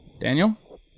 Daniel